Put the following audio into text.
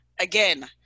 Again